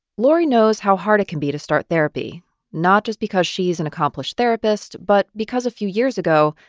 lori knows how hard it can be to start therapy not just because she's an accomplished therapist, but because a few years ago,